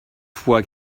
fois